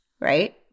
right